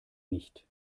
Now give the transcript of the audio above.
nicht